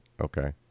Okay